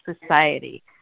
society